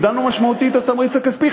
הגדלנו משמעותית את התמריץ הכספי.